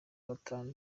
batanu